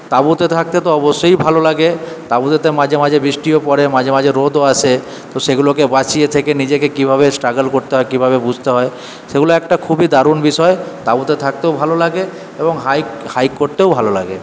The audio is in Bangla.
তাঁবুতে থাকতে তো অবশ্যই ভালো লাগে তাঁবুতে তো মাঝে মাঝে বৃষ্টিও পড়ে মাঝে মাঝে রোদও আসে তো সেগুলোকে বাঁচিয়ে থেকে নিজেকে কিভাবে স্ট্রাগল করতে হয় কিভাবে বুঝতে হয় সেগুলো একটা খুবই দারুণ বিষয় তাঁবুতে থাকতেও ভালো লাগে এবং হাইক হাইক করতেও ভালো লাগে